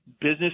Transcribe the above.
business